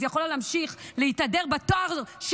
אז היא יכולה להמשיך להתהדר בתואר של